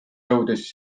jõudis